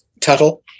Tuttle